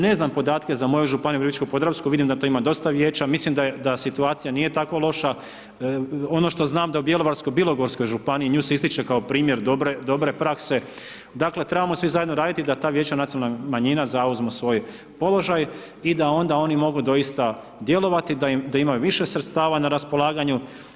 Ne znam podatke za moju županiju Virovitičko-podravsku vidim da tu ima dosta vijeća, mislim da je, da situacija nije tako loša, ono što znam da u Bjelovarsko-bilogorskoj županiji, nju se ističe kao primjer, dobre, dobre prakse, dakle trebamo svi zajedno raditi da ta Vijeća nacionalnih manjina zauzmu svoj položaj i da onda oni mogu doista djelovati, da imaju više sredstava na raspolaganju.